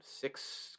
Six